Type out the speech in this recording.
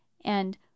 And